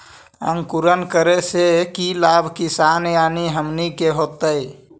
अंकुरण करने से की लाभ किसान यानी हमनि के होतय?